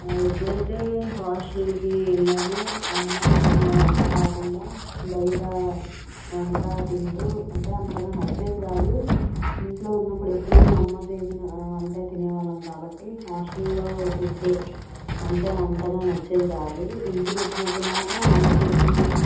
ఎప్పుడయితే హాస్టల్కి వెళ్ళామో అమ్మ చేసిన వంట కాకుండా బయటా వంట తింటూ అంటే అంతగా నచ్చేది కాదు ఇంట్లో ఉన్నప్పుడు ఎప్పుడూ అమ్మ చేసిన వంటే తినేవాళ్ళం కాబట్టి హాస్టల్లో ఫుడ్డు అంటే అంతగా నచ్చేది కాదు ఇంటికొచ్చినప్పుడు మాత్రం అమ్మ చేసినివి